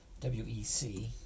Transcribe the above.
WEC